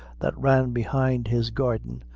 that ran behind his garden,